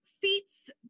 feats